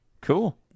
Cool